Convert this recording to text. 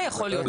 לא,